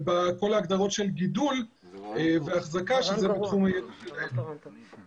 ובכל ההגדרות של גידול והחזקה שזה בתחום --- זה רעיון גרוע.